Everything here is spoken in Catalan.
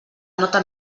nota